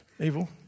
Evil